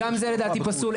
--- גם זה פסול, לדעתי.